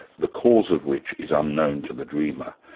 the cause of which is unknown to the dreamer.